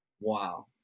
Wow